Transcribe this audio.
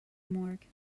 morgue